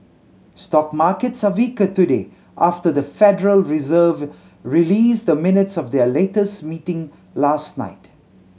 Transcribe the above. stock markets are weaker today after the Federal Reserve released the minutes of their latest meeting last night